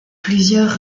plusieurs